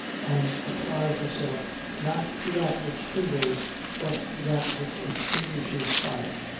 and applied herself not to that which kindles but to that which extinguishes fire,